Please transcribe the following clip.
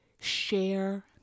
share